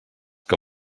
que